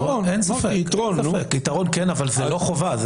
אין ספק, יתרון כן, אבל זה לא חובה.